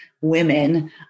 women